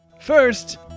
First